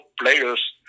players